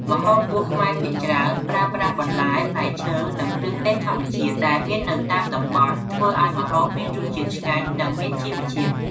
ម្ហូបបួសខ្មែរភាគច្រើនប្រើប្រាស់បន្លែ ផ្លែឈើ និងគ្រឿងទេសធម្មជាតិ ដែលមាននៅតាមតំបន់ ធ្វើឱ្យម្ហូបមានរសជាតិឆ្ងាញ់ និងមានជីវជាតិ។